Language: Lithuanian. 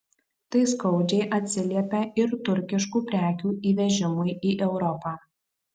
tai skaudžiai atsiliepia ir turkiškų prekių įvežimui į europą